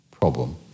problem